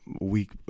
week